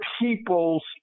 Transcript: people's